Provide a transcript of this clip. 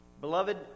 Beloved